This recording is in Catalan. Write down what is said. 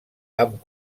amb